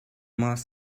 most